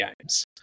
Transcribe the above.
games